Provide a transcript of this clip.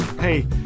Hey